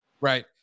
right